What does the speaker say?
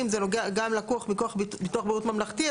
זה לקוח גם מכוח ביטוח בריאות ממלכתי.